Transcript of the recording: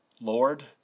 Lord